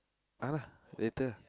uh later